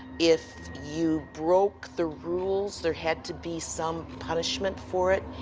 if you broke the rules, there had to be some punishment for it.